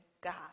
God